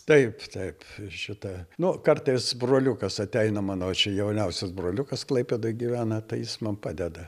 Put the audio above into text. taip taip šitą nu kartais broliukas ateina mano čia jauniausias broliukas klaipėdoj gyvena tai jis man padeda